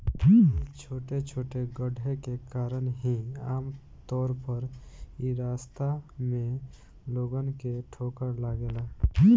इ छोटे छोटे गड्ढे के कारण ही आमतौर पर इ रास्ता में लोगन के ठोकर लागेला